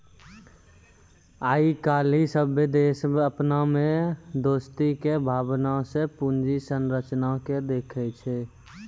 आइ काल्हि सभ्भे देश अपना मे दोस्ती के भावना से पूंजी संरचना के देखै छै